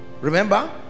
remember